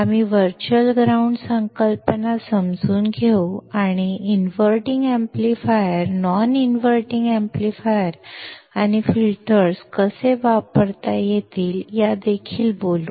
आम्ही virtual ground संकल्पना समजून घेऊ आणि inverting amplifier non inverting amplifier आणि फिल्टर्स कसे वापरता येतील याबद्दल देखील बोलू